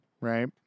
right